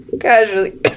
Casually